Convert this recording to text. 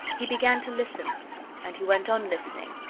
he began to listen and he went on listening,